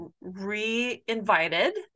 re-invited